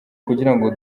kugirango